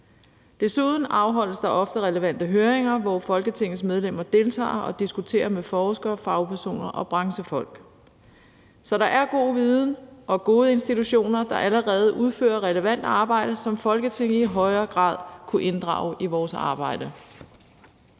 Desuden afholdes der ofte relevante høringer, hvor Folketingets medlemmer deltager og diskuterer med forskere, fagpersoner og branchefolk. Så der er god viden og gode institutioner, der allerede udfører relevant arbejde, som Folketinget i højere grad kunne inddrage i sit arbejde.